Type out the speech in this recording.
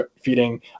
feeding